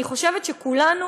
אני חושבת שכולנו,